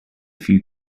few